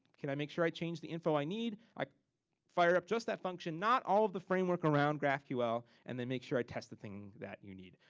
can i make sure i change the info i need. i fire up just that function, not all the framework around graphql, and then make sure i test the thing that you need.